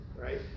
right